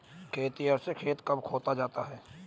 खेतिहर से खेत कब जोता जाता है?